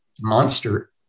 monster